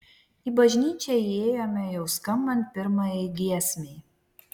į bažnyčią įėjome jau skambant pirmajai giesmei